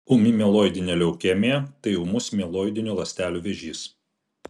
ūmi mieloidinė leukemija tai ūmus mieloidinių ląstelių vėžys